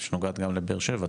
שנוגעת גם לבאר שבע,